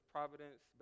Providence